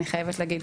אני חייבת להגיד.